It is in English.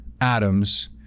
Adams